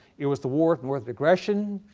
it was the war of northern aggression.